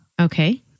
Okay